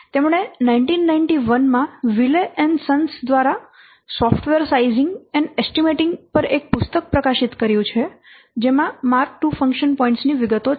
તેમણે 1991 માં Wiley and Sons દ્વારા સોફ્ટવેર સાઈઝીંગ એન્ડ એસ્ટીમેંટિંગ પર એક પુસ્તક પ્રકાશિત કર્યું છે જેમાં માર્ક II ફંક્શન પોઇન્ટ્સ ની વિગતો છે